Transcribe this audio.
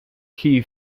key